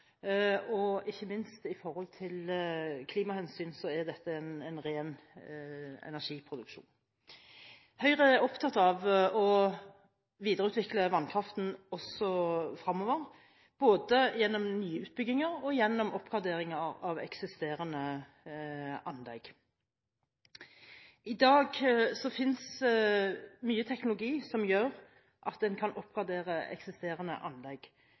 og vil være viktig fremover – ikke minst i forhold til klimahensyn, da dette er en ren energiproduksjon. Høyre er opptatt av å videreutvikle vannkraften også fremover, både gjennom nyutbygginger og gjennom oppgradering av eksisterende anlegg. I dag finnes det mye teknologi som gjør at en kan oppgradere eksisterende anlegg,